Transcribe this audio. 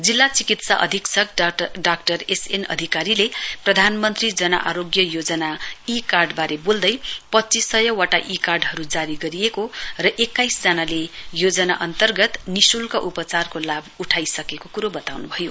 जिल्ला चिकित्सा अधीक्षक डाक्टर एस एन अधिकारीले प्रधानमन्त्री जन आयोग्य योजना ई कार्डबारे बोल्दै पच्चीस सय वटा ई कार्डहरू जारी गरिएको र एक्काइस जनाको योजना अन्तर्गत निशुल्क उपचारको लाम उठाइसकेको कुरो बनाउभयो